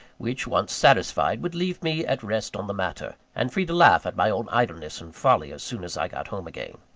which once satisfied, would leave me at rest on the matter, and free to laugh at my own idleness and folly as soon as i got home again.